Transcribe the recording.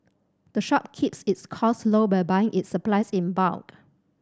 the shop keeps its costs low by buying its supplies in bulk